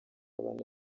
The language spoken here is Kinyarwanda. bane